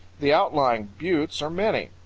the outlying buttes are many.